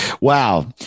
wow